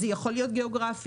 זה יכול להיות גיאוגרפי,